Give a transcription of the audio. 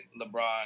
LeBron